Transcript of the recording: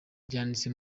byanditse